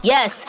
Yes